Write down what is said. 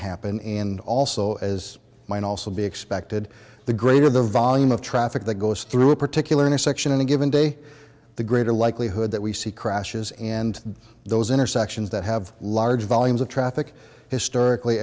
happen and also as might also be expected the greater the volume of traffic that goes through a particular intersection in a given day the greater likelihood that we see crashes and those intersections that have large volumes of traffic historically